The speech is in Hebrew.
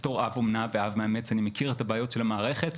בתור אב אומנה ואב מאמץ אני מכיר את הבעיות של המערכת,